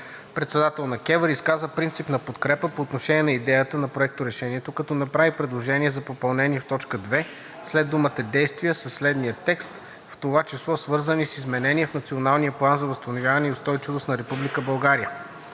председател на КЕВР, изказа принципна подкрепа по отношение на идеята на проекторешението, като направи предложение за допълнение в т. 2 след думата „действия“ със следния текст: „в това число свързани с изменения в Националния план за възстановяване и устойчивост на Република България“.